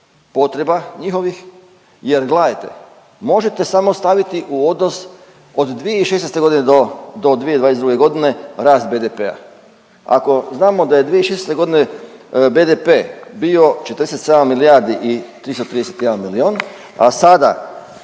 potreba njihovih jer gledajte možete samo staviti u odnos od 2016.g. do 2022.g. rast BDP-a. Ako znamo da je 2016.g. BDP bio 47 milijardi i 331 milion, a sada